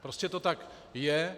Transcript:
Prostě to tak je.